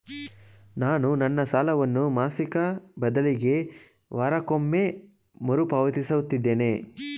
ನಾನು ನನ್ನ ಸಾಲವನ್ನು ಮಾಸಿಕ ಬದಲಿಗೆ ವಾರಕ್ಕೊಮ್ಮೆ ಮರುಪಾವತಿಸುತ್ತಿದ್ದೇನೆ